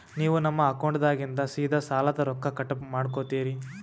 ನೀವು ನಮ್ಮ ಅಕೌಂಟದಾಗಿಂದ ಸೀದಾ ಸಾಲದ ರೊಕ್ಕ ಕಟ್ ಮಾಡ್ಕೋತೀರಿ?